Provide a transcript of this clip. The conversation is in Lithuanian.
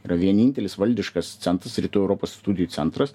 yra vienintelis valdiškas centas rytų europos studijų centras